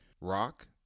ROCK